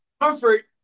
Comfort